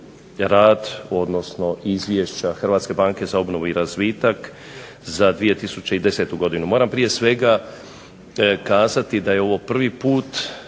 rad odnosno izvješća HBOR-a za 2010. godinu. Moram prije svega kazati da je ovo prvi puta